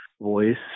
voice